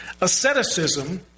Asceticism